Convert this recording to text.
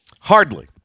Hardly